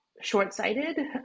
short-sighted